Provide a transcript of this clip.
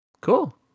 Cool